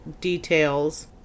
details